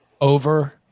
over